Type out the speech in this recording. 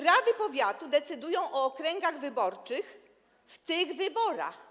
Rady powiatu decydują o okręgach wyborczych w tych wyborach.